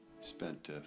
spent